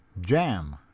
Jam